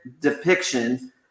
depiction